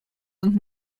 sind